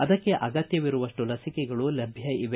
ಅದಕ್ಕೆ ಅಗತ್ಯವಿರುಪ್ಪು ಲಸಿಕೆಗಳು ಲಭ್ಯ ಇವೆ